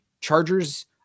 Chargers